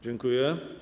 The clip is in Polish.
Dziękuję.